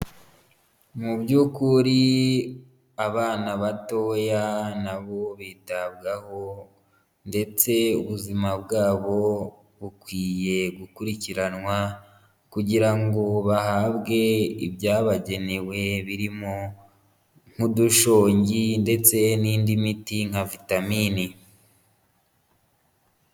Mu by'ukuri abana batoya nabo bitabwaho ndetse ubuzima bwabo bukwiye gukurikiranwa, kugira ngo bahabwe ibyabagenewe birimo nk'udushongi ndetse n'indi miti nka vitamini.